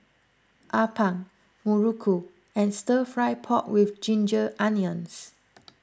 Appam Muruku and Stir Fried Pork with Ginger Onions